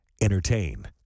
Entertain